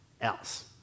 else